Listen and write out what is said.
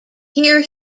here